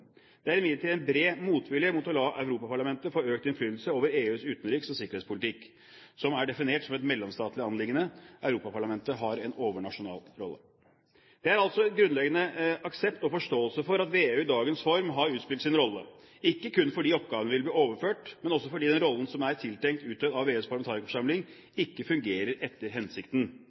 Det er imidlertid bred motvilje mot å la Europaparlamentet få økt innflytelse over EUs utenriks- og sikkerhetspolitikk som er definert som et mellomstatlig anliggende. Europaparlamentet har en overnasjonal rolle. Det er altså grunnleggende aksept og forståelse for at VEU i dagens form har utspilt sin rolle – ikke kun fordi oppgavene vil bli overført, men også fordi den rollen som er tiltenkt utøvd av VEUs parlamentarikerforsamling, ikke fungerer etter hensikten.